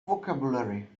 vocabulary